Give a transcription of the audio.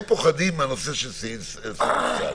הם פוחדים מהנושא של סעיף סל.